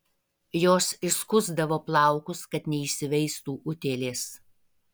jos išskusdavo plaukus kad neįsiveistų utėlės